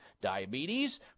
diabetes